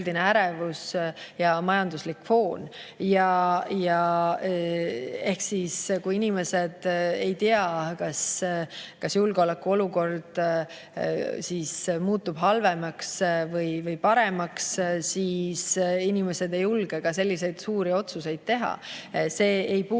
ärevus ja majanduslik foon. Kui inimesed ei tea, kas julgeolekuolukord muutub halvemaks või paremaks, siis inimesed ei julge ka selliseid suuri otsuseid teha. Asi ei ole